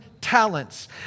talents